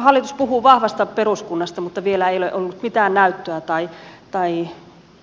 hallitus puhuu vahvasta peruskunnasta mutta vielä ei ole ollut mitään näyttöä tai